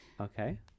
Okay